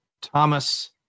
thomas